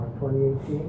2018